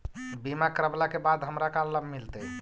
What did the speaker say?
बीमा करवला के बाद हमरा का लाभ मिलतै?